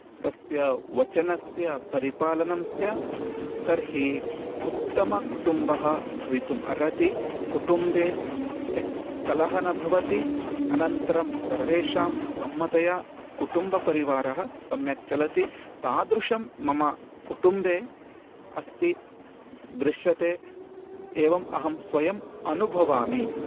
तस्य वचनस्य परिपालनं स्यात् तर्हि उत्तमकुटुम्बः भवितुमर्हति कुटुम्बे कलहः न भवति अनन्तरं सर्वेषां सम्मतया कुटुम्बपरिवारः सम्यक् चलति तादृशं मम कुटुम्बे अस्ति दृश्यते एवम् अहं स्वयम् अनुभवामि